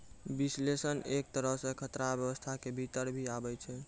विश्लेषण एक तरहो से खतरा व्यवस्था के भीतर भी आबै छै